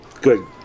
Good